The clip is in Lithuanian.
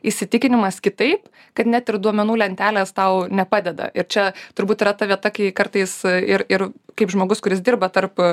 įsitikinimas kitaip kad net ir duomenų lentelės tau nepadeda ir čia turbūt yra ta vieta kai kartais ir ir kaip žmogus kuris dirba tarp